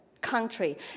country